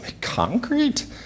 Concrete